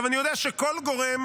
אני יודע שכל גורם